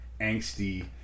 angsty